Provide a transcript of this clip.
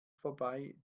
vorbei